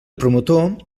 promotor